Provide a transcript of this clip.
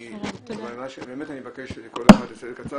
אנחנו מברכים מאוד על הדיון הזה,